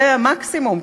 זה המקסימום,